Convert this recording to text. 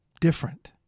different